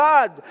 God